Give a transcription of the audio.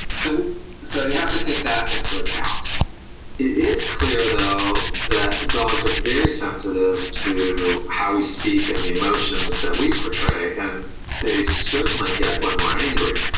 so so you have to take that into account. it is clear though that dogs are very sensitive to how we speak and the emotions that we portray, and they certainly get when we are angry.